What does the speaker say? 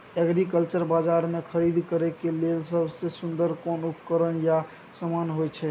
Agriculture बाजार में खरीद करे के लेल सबसे सुन्दर कोन उपकरण या समान होय छै?